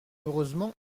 heureusement